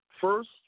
first